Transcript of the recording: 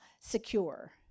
secure